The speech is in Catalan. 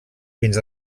fins